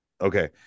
Okay